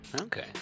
Okay